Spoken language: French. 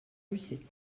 lucé